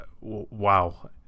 Wow